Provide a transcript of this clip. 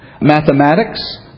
Mathematics